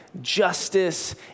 justice